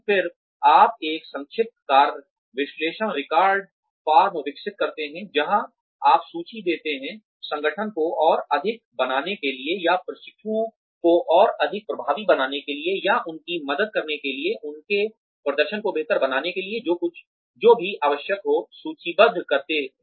फिर आप एक संक्षिप्त कार्य विश्लेषण रिकॉर्ड फॉर्म विकसित करते हैं जहाँ आप सूची देते हैं संगठन को और अधिक बनाने के लिए या प्रशिक्षुओं को और अधिक प्रभावी बनाने के लिए या उनकी मदद करने के लिए उनके प्रदर्शन को बेहतर बनाने के लिए जो भी आवश्यक हो सूचीबद्ध करते हैं